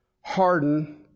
harden